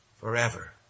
forever